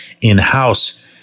in-house